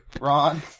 Ron